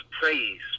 praise